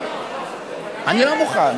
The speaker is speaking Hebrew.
אני לא מוכן,